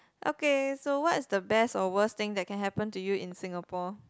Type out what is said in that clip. okay so what's the best or worse thing that can happen to you in Singapore